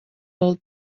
vol